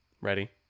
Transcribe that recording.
Ready